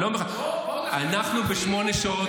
בואו --- אנחנו בשמונה שעות,